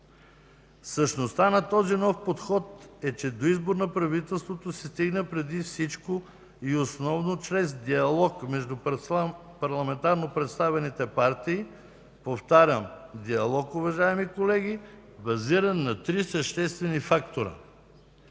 Същността на този нов подход е, че до избор на правителството се стигна преди всичко и основно чрез диалог между парламентарно представените партии.” Повтарям, диалог, уважаеми колеги, базиран на три съществени фактора